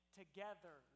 together